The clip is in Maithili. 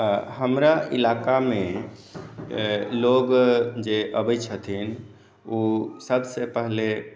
हमरा ईलाका मे लोग जे अबै छथिन ओ सबसे पहले